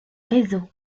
réseau